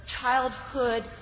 childhood